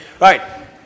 Right